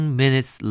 minutes